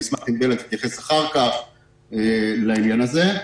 אשמח אם בלה בן גרשון תתייחס אחר כך לעניין הזה.